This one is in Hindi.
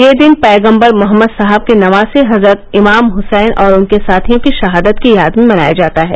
यह दिन पैगम्बर मोहम्मद साहब के नवासे हजरत इमाम हुसैन और उनके साथियों की शहादत की याद में मनाया जाता है